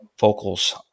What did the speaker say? vocals